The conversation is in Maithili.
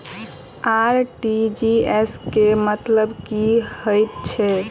आर.टी.जी.एस केँ मतलब की हएत छै?